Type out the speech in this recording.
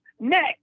next